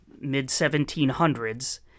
mid-1700s